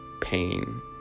pain